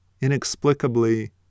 inexplicably